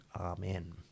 Amen